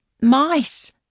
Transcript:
Mice